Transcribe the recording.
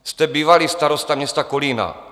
Jste bývalý starosta města Kolína.